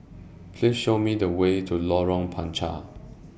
Please Show Me The Way to Lorong Panchar